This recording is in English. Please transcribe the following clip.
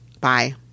Bye